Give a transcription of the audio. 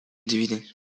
deviner